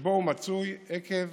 שבו הוא מצוי עקב